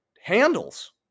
handles